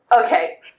okay